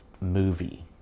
movie